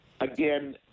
again